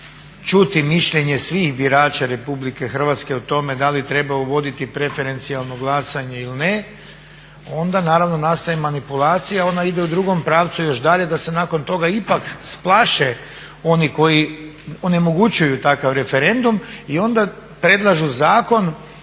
čuti mišljenje svih birača RH o tome da li treba uvoditi preferencijalno glasovanje ili ne onda naravno nastaje manipulacija, ona ide u drugom pravcu još dalje da se nakon toga ipak splaše oni koji onemogućuju takav referendum. I onda predlažu zakon